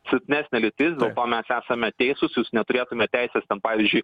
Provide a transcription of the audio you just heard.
silpnesnė lytis dėl to mes esame teisūs jūs neturėtumėt teisės ten pavyzdžiui